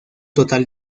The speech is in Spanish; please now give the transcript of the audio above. total